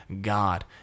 God